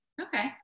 okay